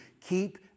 keep